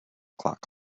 clock